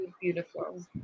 beautiful